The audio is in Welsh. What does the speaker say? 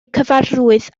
cyfarwydd